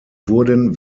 wurden